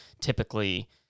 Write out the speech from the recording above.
typically